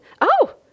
Oh